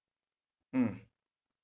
mm